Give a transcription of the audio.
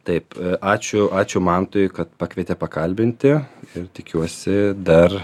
taip ačiū ačiū mantui kad pakvietė pakalbinti ir tikiuosi dar